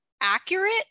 accurate